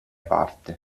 parte